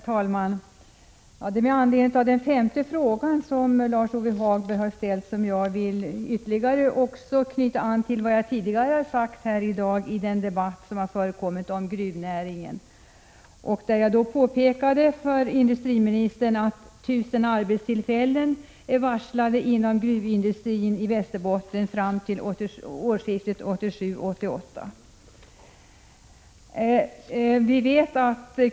Herr talman! Med anledning av Lars-Ove Hagbergs femte fråga vill jag ytterligare knyta an till vad jag tidigare i dag har sagt i debatten om gruvnäringen. Jag påpekade då för industriministern att 1 000 arbetstillfällen är hotade inom gruvindustrin i Västerbotten fram till årsskiftet 1987-1988.